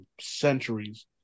centuries